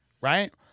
right